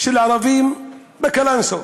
של ערבים בקלנסואה.